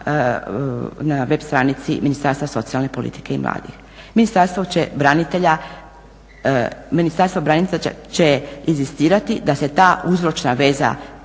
na web stranici Ministarstva socijalne politike i mladih. Ministarstvo branitelja će inzistirati da se ta uzročna veza